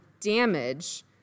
damage